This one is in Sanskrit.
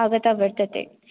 आगता वर्तते